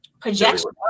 projection